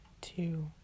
two